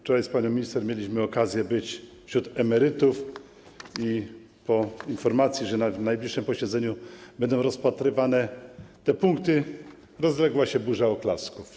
Wczoraj z panią minister mieliśmy okazję być wśród emerytów i po informacji, że na najbliższym posiedzeniu będą rozpatrywane te punkty, rozległa się burza oklasków.